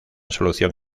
solución